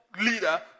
Leader